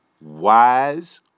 wise